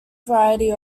variety